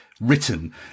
written